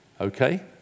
Okay